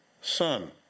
son